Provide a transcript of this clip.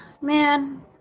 Man